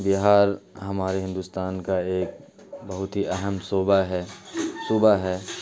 بہار ہمارے ہندوستان کا ایک بہت ہی اہم صوبہ ہے صوبہ ہے